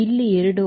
ಇಲ್ಲಿ ಎರಡು